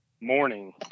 morning